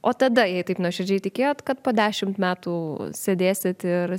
o tada jei taip nuoširdžiai tikėjot kad po dešimt metų sėdėsit ir